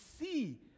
see